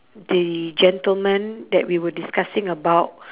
the gentleman that we were discussing about